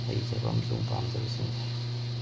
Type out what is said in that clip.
ꯍꯩꯖꯕ ꯑꯃꯁꯨꯡ ꯄꯥꯝꯖꯕꯁꯤꯡꯗꯤ